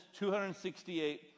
268